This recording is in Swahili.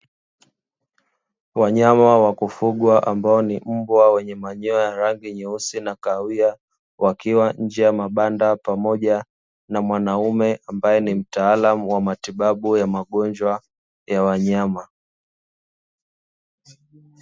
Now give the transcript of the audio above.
Wanyama wa kufugwa ambao ni mbwa wenye manyoya ya rangi nyeusi na kahawia wakiwa nje ya mabanda pamoja na mwanaume ambaye ni mtaalamu wa matibabu ya magonjwa ya wanyama.